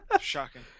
Shocking